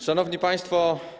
Szanowni Państwo!